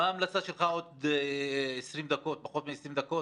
מה ההמלצה שלך בעוד פחות מ-20 דקות?